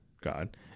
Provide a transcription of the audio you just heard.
God